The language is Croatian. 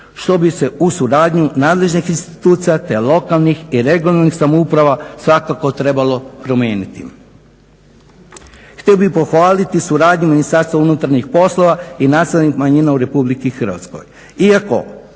što bi se u suradnji nadležnih institucija te lokalnih i regionalnih samouprava svakako trebalo promijeniti. Htio bih pohvaliti suradnju MUP-a i nacionalnih manjina u RH, iako